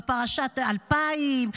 בפרשת 2000,